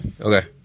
Okay